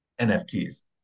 NFTs